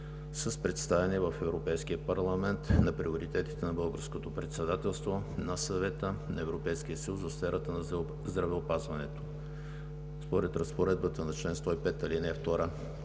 с представяне в Европейския парламент на приоритетите на Българското председателство на Съвета на Европейския съюз в сферата на здравеопазването. Според разпоредбата на чл. 105, ал. 2,